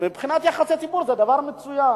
מבחינת יחסי ציבור זה דבר מצוין.